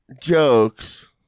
jokes